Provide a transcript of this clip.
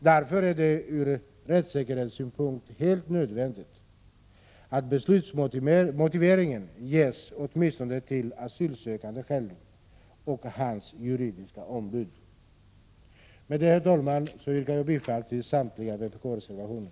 Därför är det ur rättssäkerhetssynpunkt helt nödvändigt att beslutsmotiveringen ges åtminstone till asylsökanden själv och hans juridiska ombud. Med detta, herr talman, yrkar jag bifall till samtliga vpk-reservationer.